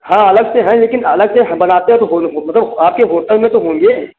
हाँ अलग से है लेकिन अलग से बनाते तो हो ना मतलब आपके होटल मे तो होंगे